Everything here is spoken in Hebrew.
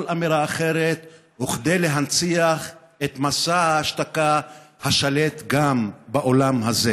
אמירה אחרת וכדי להנציח את מסע ההשתקה השולט גם בעולם הזה.